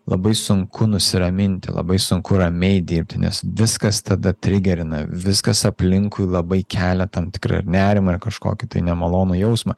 labai sunku nusiraminti labai sunku ramiai dirbti nes viskas tada trigerin na viskas aplinkui labai kelia tam tikrą nerimą ir kažkokį tai nemalonų jausmą